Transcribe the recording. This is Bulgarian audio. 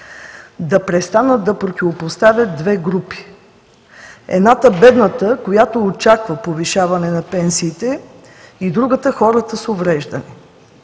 да престанат да противопоставят две групи – едната, бедната, която очаква повишаване на пенсиите, и другата, хората с увреждания.